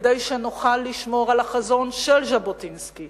כדי שנוכל לשמור על החזון של ז'בוטינסקי